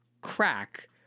Crack